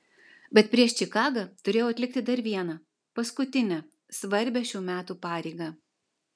bet prieš čikagą turėjau atlikti dar vieną paskutinę svarbią šių metų pareigą